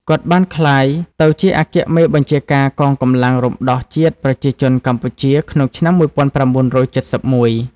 គាត់បានបានក្លាយទៅជាអគ្គមេបញ្ជាការកងកម្លាំងរំដោះជាតិប្រជាជនកម្ពុជាក្នុងឆ្នាំ១៩៧១។